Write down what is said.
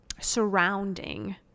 surrounding